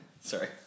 Sorry